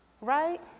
Right